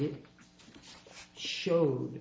it showed